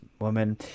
woman